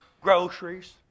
groceries